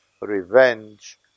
revenge